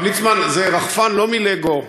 הרב ליצמן, זה רחפן לא מלגו.